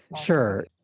sure